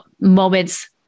moments